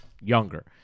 younger